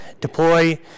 deploy